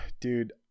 Dude